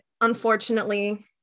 unfortunately